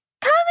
come